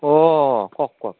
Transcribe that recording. অঁ কওক কওক